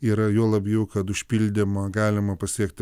yra juo labiau kad užpildymą galima pasiekti